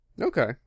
okay